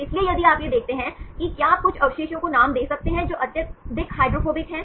इसलिए यदि आप यह देखते हैं कि क्या आप कुछ अवशेषों को नाम दे सकते हैं जो अत्यधिक हाइड्रोफोबिक हैं